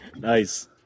nice